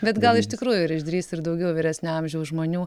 bet gal iš tikrųjų ir išdrįs ir daugiau vyresnio amžiaus žmonių